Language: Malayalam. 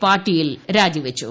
പാട്ടീൽ രാജിവെച്ചു